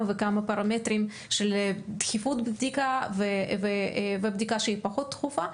וכמה פרמטרים של דחיפות בבדיקה מול בדיקה שהיא פחות דחופה.